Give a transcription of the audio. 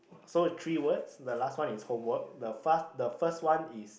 so three words the last one is homework the fast the first one is